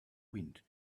wind